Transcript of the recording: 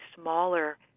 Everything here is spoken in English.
smaller